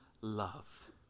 love